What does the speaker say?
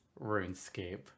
RuneScape